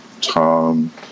Tom